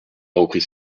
repris